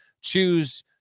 choose